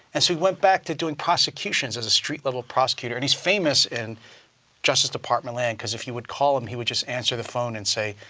he went back to doing prosecutions, as a street level prosecutor, and he's famous in justice department land, because if he would call him, he would just answer the phone and say,